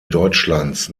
deutschlands